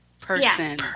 person